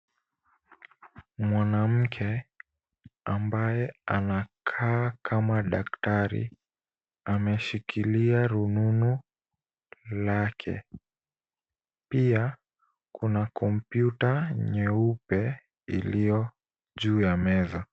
Mwanamke ambaye anakaa kama daktari ameshikilia rununu lake. Pia, kuna kompyuta nyeupe iliyo juu ya meza.